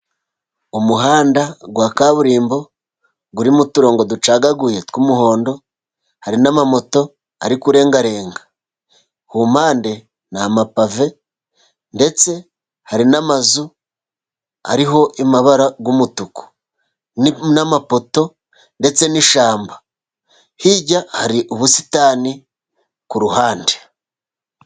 Umuhanda wa kaburimbo urimo iturongo ducagaguhe tw'umuhondo hari n'amamoto ari kurengarenga kumpande n' amapave ndetse hari n'amazu ariho amabara y'umutuku, n'amapoto ndetse n'ishyamba hirya hari ubusitani ku ruhande.